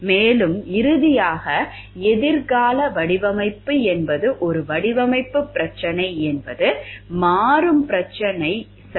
மேலும் இறுதியாக எதிர்கால வடிவமைப்பு என்பது ஒரு வடிவமைப்பு பிரச்சனை என்பது மாறும் பிரச்சனைகள் சரி